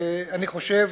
אני חושב